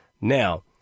Now